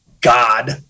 God